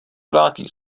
vrátí